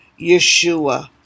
yeshua